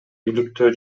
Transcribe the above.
иликтөө